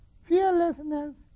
Fearlessness